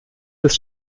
des